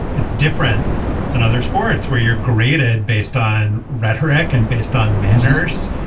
it's different than other sports where you're graded based on rhetoric and based on manners.